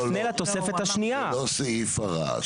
להאריך את התקופה למתן תשובה כאמור בתקופה שלא תעלה על 14